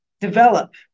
develop